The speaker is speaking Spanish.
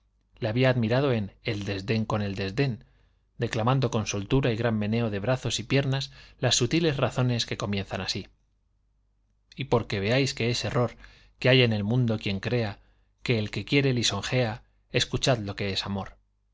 le había admirado en el desdén con el desdén declamando con soltura y gran meneo de brazos y piernas las sutiles razones que comienzan así y porque veáis que es error que haya en el mundo quien crea que el que quiere lisonjea escuchad lo que es amor